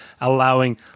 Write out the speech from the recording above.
allowing